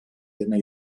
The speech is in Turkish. yerine